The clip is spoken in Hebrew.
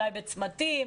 אולי בצמתים.